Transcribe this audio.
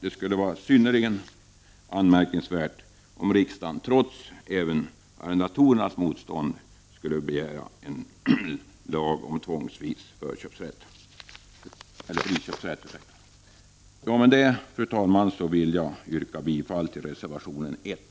Det skulle vara synnerligen anmärkningsvärt om riksdagen trots arrendatorernas motstånd skulle begära en lag om tvångsvis friköpsrätt. Med detta vill jag yrka bifall till reservationen 1.